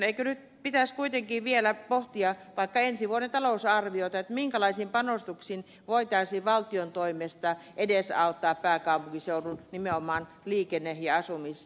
eikö nyt pitäisi kuitenkin vielä pohtia vaikkapa ensi vuoden talousarviota minkälaisin panostuksin voitaisiin valtion toimesta edesauttaa nimenomaan pääkaupunkiseudun liikenne ja asumisinfraa